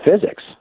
physics